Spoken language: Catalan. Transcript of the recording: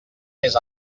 més